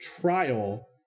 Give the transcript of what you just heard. trial